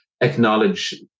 acknowledge